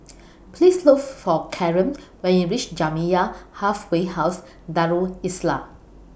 Please Look For Kaaren when YOU REACH Jamiyah Halfway House Darul Islah